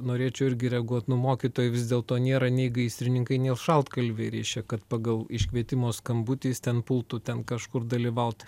norėčiau irgi reaguot nu mokytojai vis dėlto nėra nei gaisrininkai net šaltkalviai reiškia kad pagal iškvietimo skambutį jis ten pultų ten kažkur dalyvaut